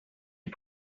est